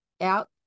out